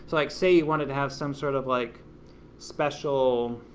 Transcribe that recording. like say you wanted to have some sort of like special,